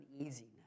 uneasiness